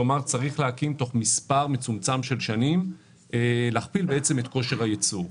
כלומר צריך בתוך מספר שנים מצומצם להכפיל את כושר הייצור.